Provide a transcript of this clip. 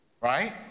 right